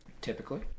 Typically